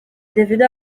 davido